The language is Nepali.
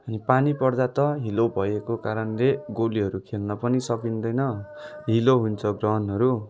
अनि पानी पर्दा त हिलो भएको कारणले गोलीहरू खेल्न पनि सकिँदैन हिलो हुन्छ ग्राउन्डहरू